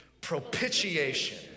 Propitiation